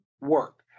work